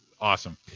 awesome